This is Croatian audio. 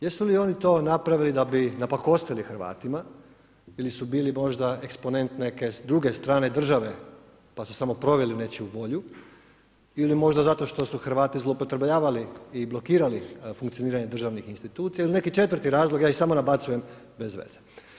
Jesu li oni to napravili da bi napakostili Hrvatima ili su bili možda eksponent neke druge strane države pa su samo proveli nečiju volju ili možda zato što su Hrvati zloupotrebljavali i blokirali funkcioniranje državnih institucija ili neki četvrti razlog, ja ih samo nabacujem bez veze?